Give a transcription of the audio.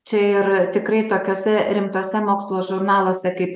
čia ir tikrai tokiuose rimtuose mokslo žurnaluose kaip